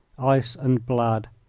ice and blood.